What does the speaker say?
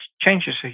changes